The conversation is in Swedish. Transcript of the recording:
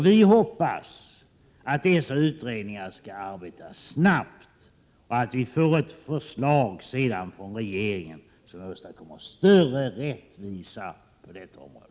Vi hoppas att dessa utredningar skall arbeta snabbt och att vi sedan får ett förslag från regeringen, så att större rättvisa åstadkoms på detta område.